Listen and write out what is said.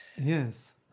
Yes